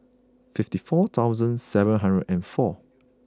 fifty four thousand seven hundred and four